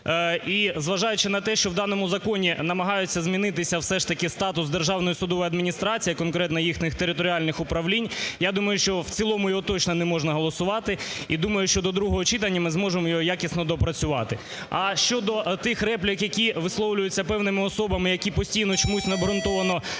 І зважаючи на те, що у даному законі намагаються змінити все ж таки статус Державної судової адміністрації, а конкретно їхніх територіальних управлінь, я думаю, що в цілому його точно неможна голосувати, і думаю, що до другого читання ми зможемо його якісно доопрацювати. А щодо тих реплік, які висловлюються певними особами, які постійно чомусь необґрунтовано називають